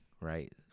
right